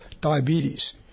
diabetes